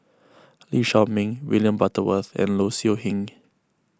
Lee Shao Meng William Butterworth and Low Siew Nghee